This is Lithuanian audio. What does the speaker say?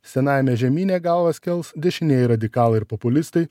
senajame žemyne galvas kels dešinieji radikalai ir populistai